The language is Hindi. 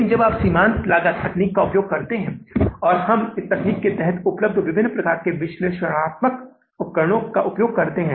इसलिए हमारे पास किसी बकाया भुगतान करने के लिए कुछ भी नहीं बचा है सभी भुगतान आंशिक रूप से हमारे स्वयं के बिक्री संग्रहों से किए जाते हैं आंशिक रूप से बैंक से उधार लेकर